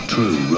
True